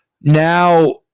Now